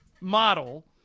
model